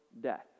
death